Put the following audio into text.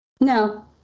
no